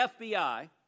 FBI